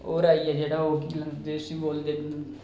होर आई गेआ जेह्ड़ा ओह् जिसी बोलदे